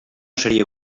seria